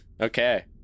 Okay